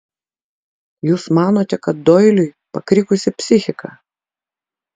jūs manote kad doiliui pakrikusi psichika